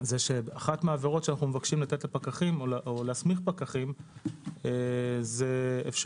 זה שאחת מהעבירות שאנו מבקשים להסמיך פקחים זה אפשרות